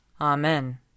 Amen